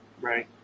Right